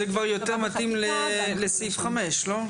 זה כבר יותר מתאים לסעיף 5, לא?